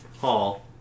hall